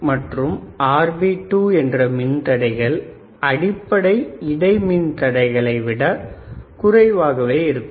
RB1 மற்றும் RB2 என்ற மின் தடைகள் அடிப்படை இடை மின் தடைகளைவிட குறைவாகவே இருக்கும்